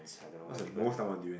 what's the most number of durian